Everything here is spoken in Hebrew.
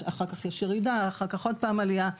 אחר כך יש ירידה ואחר כך עוד פעם עלייה.